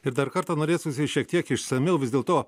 ir dar kartą norėtųsi šiek tiek išsamiau vis dėlto